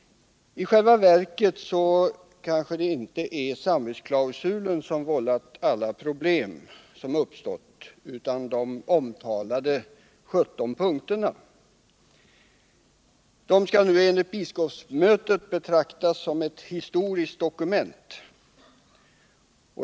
I själva verket kanske det inte är samvetsklausulen som vållat alla problem som uppstått, utan de omtalade 17 punkterna. De skall nu enligt biskopsmötet betraktas som ett historiskt dokument.